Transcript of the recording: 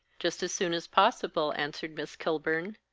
just as soon as possible, answered miss kilburn.